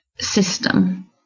system